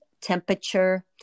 temperature